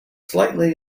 slightly